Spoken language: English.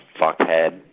fuckhead